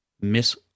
miss